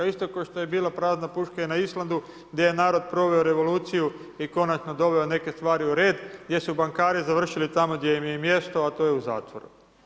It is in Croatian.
Isto kao što je bila prazna puška i na Islandu gdje je narod proveo revoluciju i konačno doveo neke stvari u red, gdje su bankari završili tamo gdje im je i mjesto, a to je u zatvoru.